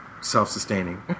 self-sustaining